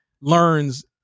learns